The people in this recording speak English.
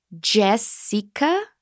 Jessica